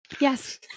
yes